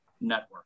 Network